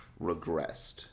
regressed